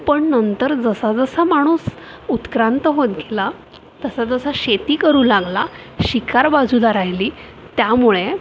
पण नंतर जसा जसा माणूस उत्क्रांत होत गेला तसा तसा शेती करू लागला शिकार बाजूला राहिली त्यामुळे